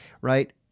right